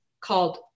called